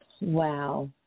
Wow